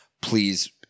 please